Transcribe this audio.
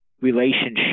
relationship